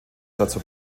dazu